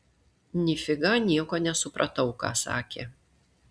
nifiga nieko nesupratau ką sakė